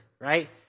right